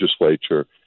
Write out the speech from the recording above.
legislature